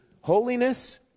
holiness